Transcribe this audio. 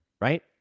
right